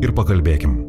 ir pakalbėkim